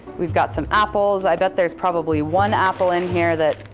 we've got some apples. i bet there's probably one apple in here that,